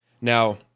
Now